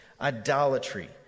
idolatry